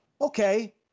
Okay